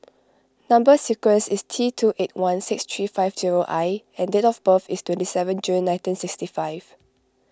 Number Sequence is T two eight one six three five zero I and date of birth is twenty seven June nineteen sixty five